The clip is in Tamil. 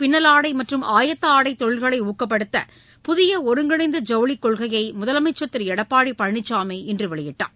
பின்னவாடைமற்றும் ஆயத்த ஆடை தொழில்களைஊக்கப்படுத்த புதியஒருங்கிணைந்த ஜவுளிக்கொள்கையைமுதலமைச்சர் திருஎடப்பாடிபழனிசாமி இன்றுவெளியிட்டார்